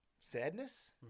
sadness